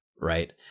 right